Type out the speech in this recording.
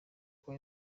uko